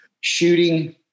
shooting